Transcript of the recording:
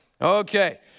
Okay